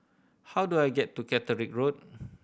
how do I get to Catterick Road